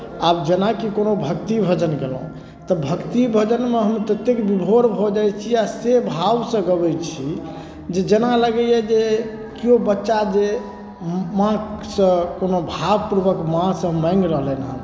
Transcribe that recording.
आब जेनाकि कोनो भक्ति भजन गयलहुँ तऽ भक्ति भजनमे हम ततेक विभोर भऽ जाइ छी आ से भावसँ गबै छी जे जेना लगैए जे किओ बच्चाजे म माँसँ भावपूर्वक माँसँ माङ्गि रहलनि हँ